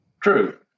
True